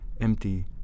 empty